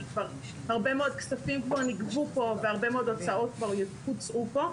כי הרבה מאד כספים כבר נגבו פה והרבה מאד הוצאות כבר הוצאו פה,